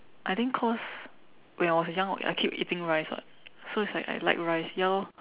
I think cause when I was young or I keep eating rice [what] so it's like I like rice ya lor